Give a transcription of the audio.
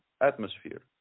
atmosphere